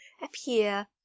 appear